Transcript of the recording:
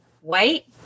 white